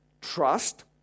trust